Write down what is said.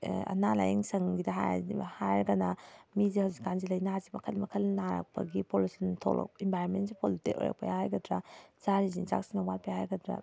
ꯑꯅꯥ ꯂꯥꯏꯌꯦꯡꯁꯪꯒꯤꯗ ꯍꯥꯏꯔꯒꯅ ꯃꯤꯁꯦ ꯍꯧꯖꯤꯛꯀꯥꯟꯁꯦ ꯂꯩꯅꯁꯦ ꯃꯈꯟ ꯃꯈꯟ ꯅꯥꯔꯛꯄꯒꯤ ꯄꯣꯂꯨꯁꯟ ꯊꯣꯂꯛ ꯏꯟꯚꯥꯏꯔꯟꯃꯦꯟꯁꯦ ꯄꯣꯂꯨꯇꯦꯠ ꯑꯣꯏꯔꯛꯄꯩ ꯍꯥꯏꯒꯗ꯭ꯔꯥ ꯆꯥꯔꯤ ꯆꯤꯟꯖꯥꯛꯁꯤꯅ ꯋꯥꯠꯄꯩ ꯍꯥꯏꯒꯗ꯭ꯔꯥ